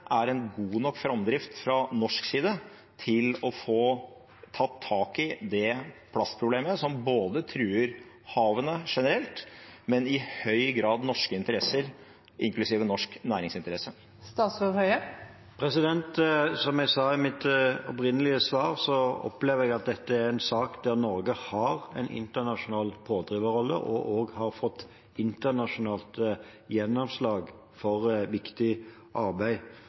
er en god nok framdrift fra norsk side for å få tatt tak i det plastproblemet som ikke bare truer havene generelt, men i høy grad også norske interesser, inklusiv norsk næringsinteresse? Som jeg sa i mitt opprinnelige svar, opplever jeg at dette er en sak der Norge har en internasjonal pådriverrolle og har fått internasjonalt gjennomslag for viktig arbeid.